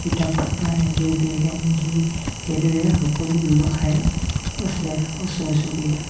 কিতাপ পত্ৰ আনি দিয়ে বেগ আনি দিয়ে সেইদৰে সকলো ব্যৱসায় আছে ওচৰ চুবুৰীয়া